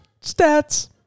Stats